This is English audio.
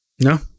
no